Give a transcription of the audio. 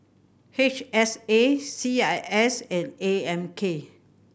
H S A C I S and A M K